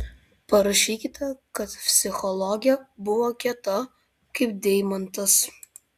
parašykite kad psichologė buvo kieta kaip deimantas